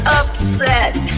upset